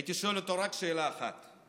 הייתי שואל אותו רק שאלה אחת: